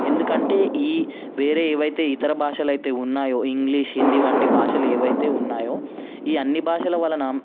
ఎందుకంటే ఈ వేరే ఏవయితే ఇతర భాషలయితే ఉన్నాయో ఇంగ్లీష్ హిందీ వంటి భాషలు ఏవయితే ఉన్నాయో ఈ అన్ని భాషల వలన